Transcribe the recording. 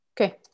Okay